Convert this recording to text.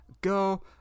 go